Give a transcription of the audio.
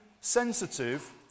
sensitive